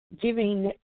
giving